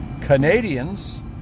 Canadians